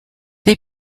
they